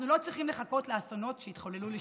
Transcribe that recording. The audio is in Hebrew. אנחנו לא צריכים לחכות לאסונות כדי שיתחולל שינוי.